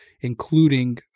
including